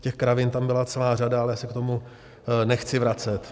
Těch kravin tam byla celá řada, ale já se k tomu nechci vracet